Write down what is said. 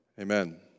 Amen